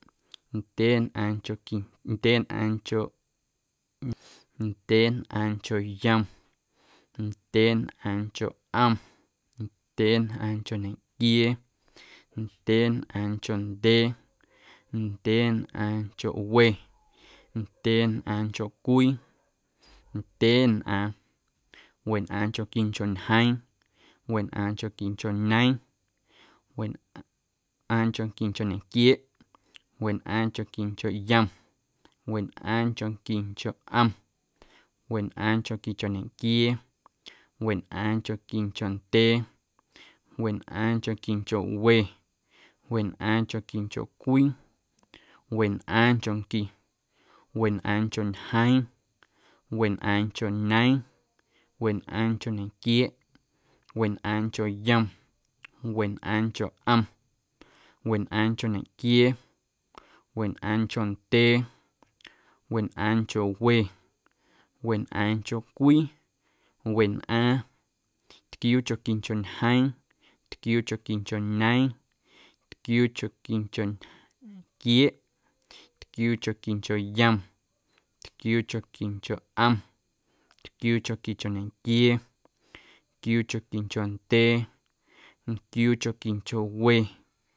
Ndyeenꞌaaⁿnchoqui, ndyeenꞌaaⁿnchoꞌ, ndyeenꞌaaⁿncho yom, ndyeenꞌaaⁿncho ꞌom, ndyeenꞌaaⁿncho ñequiee, ndyeenꞌaaⁿncho ndyee, ndyeenꞌaaⁿncho we, ndyeenꞌaaⁿncho cwii, ndyeenꞌaaⁿ, wenꞌaaⁿnchonquincho ñjeeⁿ, wenꞌaaⁿnchonquincho ñeeⁿ, wenꞌaaⁿnchonquincho nequieeꞌ, wenꞌaaⁿnchonquincho yom, wenꞌaaⁿnchonquincho ꞌom, wenꞌaaⁿnchonquincho ñequiee, wenꞌaaⁿnchonquincho ndyee, wenꞌaaⁿnchonquincho we, wenꞌaaⁿnchonquincho cwii, wenꞌaaⁿnchonqui, wenꞌaaⁿncho ñjeeⁿ, wenꞌaaⁿncho ñeeⁿ, wenꞌaaⁿncho nequieeꞌ, wenꞌaaⁿncho yom, wenꞌaaⁿncho ꞌom, wenꞌaaⁿncho ñequiee, wenꞌaaⁿncho ndyee, wenꞌaaⁿncho we, wenꞌaaⁿncho cwii, wenꞌaaⁿ, ntquiuunchonquincho ñjeeⁿ, ntquiuunchonquincho ñeeⁿ, ntquiuunchonquincho ntquieeꞌ, ntquiuunchonquincho yom, ntquiuunchonquincho ꞌom, ntquiuunchonquincho ñequiee, ntquiuunchonquincho ndyee, ntquiuunchonquincho we.